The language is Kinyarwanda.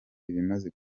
ibimaze